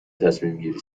تصمیمگیری